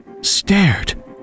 stared